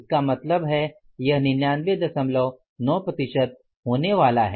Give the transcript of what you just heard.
इसका मतलब है यह 999 प्रतिशत होने वाला है